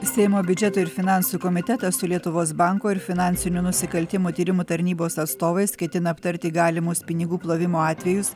seimo biudžeto ir finansų komitetas su lietuvos banko ir finansinių nusikaltimų tyrimų tarnybos atstovais ketina aptarti galimus pinigų plovimo atvejus